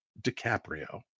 DiCaprio